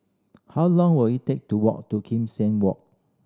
how long will it take to walk to Kim Seng Walk